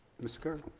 ms. kerr.